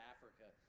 Africa